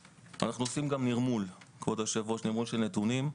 אנחנו עושים גם נרמול של נתונים,